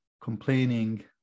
complaining